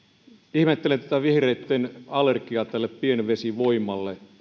ihmettelen tuota vihreitten allergiaa tälle pienvesivoimalle